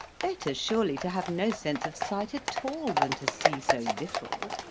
better surely to have no sense of sight at all than to see so little!